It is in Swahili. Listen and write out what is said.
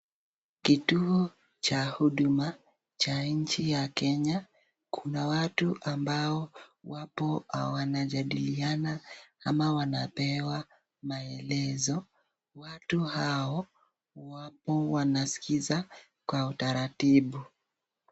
Kituo cha huduma cha nchi ya Kenya kuna watu ambao wapo na wanajadiliana ama wanapewa maelezo watu hao wapo wanaskiza kwa utaratibu.